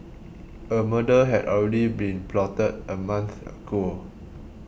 a murder had already been plotted a month ago